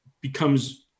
becomes